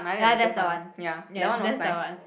ya that's the one ya that's the one